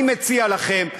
אני מציע לכם,